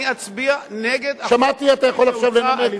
אני אצביע נגד החוק, שמעתי, אתה יכול עכשיו לנמק.